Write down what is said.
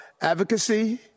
advocacy